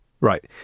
Right